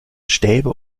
stäbe